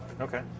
Okay